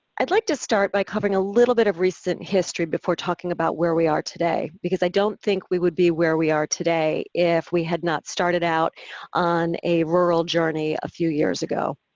i'd like to start by covering a little bit of recent history before talking about where we are today, because i don't think we would be where we are today if we had not started out on a rural journey a few years ago.